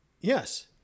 Yes